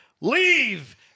Leave